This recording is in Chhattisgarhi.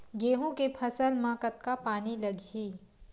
गेहूं के फसल म कतका पानी लगही?